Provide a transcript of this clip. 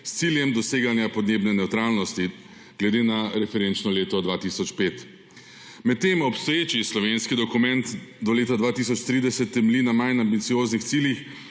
s ciljem doseganja podnebne nevtralnosti glede na referenčno leto 2005. Medtem obstoječi slovenski dokument do leta 2030 temelji na manj ambicioznih ciljih,